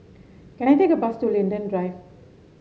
can I take a bus to Linden Drive